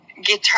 guitar